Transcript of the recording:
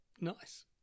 Nice